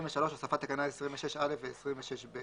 23.הוספת תקנה 26א ו-26ב